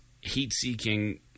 heat-seeking